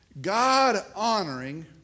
God-honoring